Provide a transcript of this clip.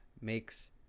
makes